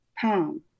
palm